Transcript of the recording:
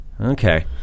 Okay